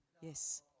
Yes